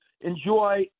enjoy